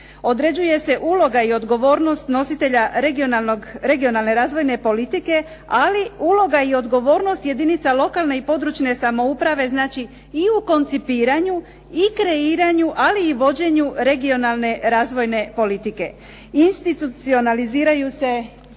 određuje se uloga i odgovornost nositelja regionalne razvojne politike, ali uloga i odgovornost jedinica lokalne i područne samouprave, znači i u koncipiranju i kreiranju, ali i vođenju regionalne razvojne politike. Institucionaliziraju se